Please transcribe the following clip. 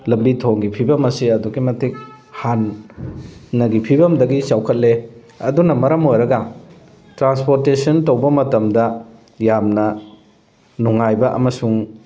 ꯂꯝꯕꯤ ꯊꯣꯡꯒꯤ ꯐꯤꯕꯝ ꯑꯁꯤ ꯑꯗꯨꯛꯀꯤ ꯃꯇꯤꯛ ꯍꯥꯟꯅꯒꯤ ꯐꯤꯕꯝꯗꯒꯤ ꯆꯥꯎꯈꯠꯂꯦ ꯑꯗꯨꯅ ꯃꯔꯝ ꯑꯣꯏꯔꯒ ꯇ꯭ꯔꯥꯟꯁꯄꯣꯔꯇꯦꯁꯟ ꯇꯧꯕ ꯃꯇꯝꯗ ꯌꯥꯝꯅ ꯅꯨꯡꯉꯥꯏꯕ ꯑꯃꯁꯨꯡ